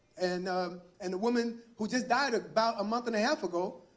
and um and the woman, who just died about a month and a half ago,